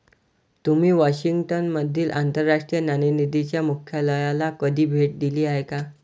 तुम्ही वॉशिंग्टन मधील आंतरराष्ट्रीय नाणेनिधीच्या मुख्यालयाला कधी भेट दिली आहे का?